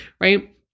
right